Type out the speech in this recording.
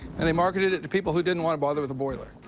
and they marketed it to people who didn't want to bother with the boiler.